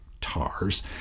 tars